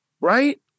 right